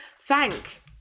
thank